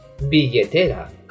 billetera